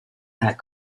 that